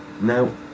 now